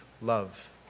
love